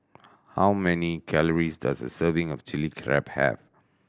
how many calories does a serving of Chili Crab have